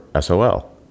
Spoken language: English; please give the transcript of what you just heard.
SOL